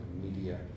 media